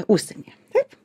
užsieny taip